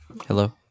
Hello